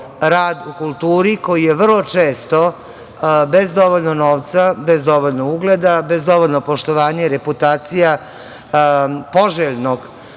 rad u kulturi, koji je vrlo često bez dovoljno novca, bez dovoljno ugleda, bez dovoljno poštovanja i reputacija, poželjnog